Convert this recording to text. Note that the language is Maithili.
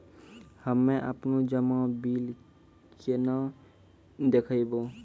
हम्मे आपनौ जमा बिल केना देखबैओ?